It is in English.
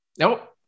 Nope